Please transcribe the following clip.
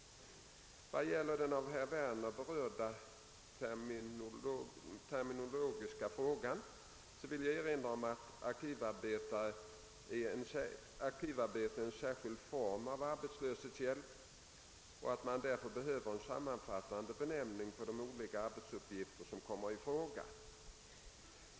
Vad gäller den av herr Werner berörda terminologiska frågan så vill jag erinra om att arkivarbete är en särskild form av arbetslöshetshjälp och att man därför behöver en sammanfattande benämning på de olika arbetsuppgifter som kommer i fråga.